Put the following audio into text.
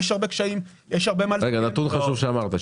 נתון חשוב שאמרת,